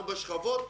ארבע שכבות,